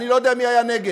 אני לא יודע מי היה נגד.